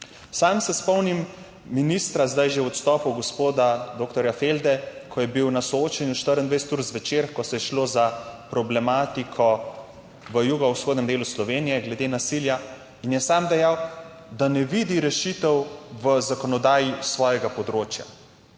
Sam se spomnim ministra, zdaj že v odstopu, gospoda dr. Felde, ko je bil na soočenju 24UR ZVEČER, ko je šlo za problematiko v jugovzhodnem delu Slovenije glede nasilja, in je sam dejal, da ne vidi rešitev v zakonodaji s svojega področja,